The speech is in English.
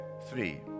three